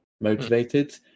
motivated